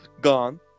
Gone